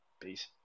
Peace